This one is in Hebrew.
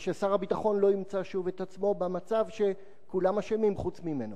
וששר הביטחון לא ימצא שוב את עצמו במצב שכולם אשמים חוץ ממנו.